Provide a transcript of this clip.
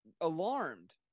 alarmed